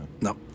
No